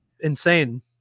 Insane